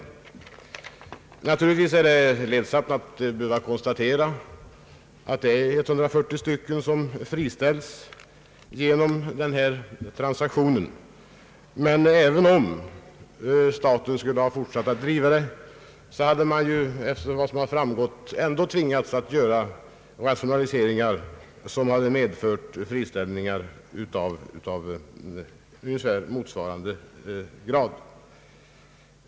Det är naturligtvis ledsamt att behöva konstatera att 140 anställda friställs genom den företagna transaktionen, men om staten skulle ha fortsatt att driva företaget hade man, efter vad som har framgått, ändå tvingats att göra rationaliseringar som medfört friställningar i ungefär motsvarande grad.